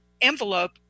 envelope